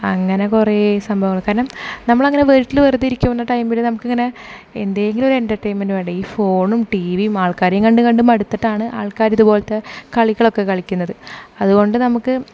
അങ്ങനെ കുറെ സംഭവങ്ങൾ കാരണം നമ്മളെങ്ങനെ വീട്ടിൽ വെറുതെ ഇരിക്കുന്ന ടൈമിൽ നമുക്ക് ഇങ്ങനെ എന്തെങ്കിലും ഒരു എന്റർടൈൻമെന്റ് വേണ്ടേ ഈ ഫോണും ടി വിയും ആൾക്കാരേം കണ്ട് കണ്ട് മടുത്തിട്ടാണ് ആൾക്കാർ ഇതുപോലത്തെ കളികളൊക്കെ കളിക്കുന്നത് അതുകൊണ്ട് നമുക്ക്